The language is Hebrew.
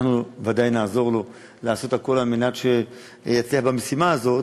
אנחנו ודאי נעזור לו לעשות הכול על מנת שיצליח במשימה הזאת,